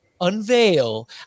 unveil